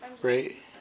Great